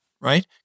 right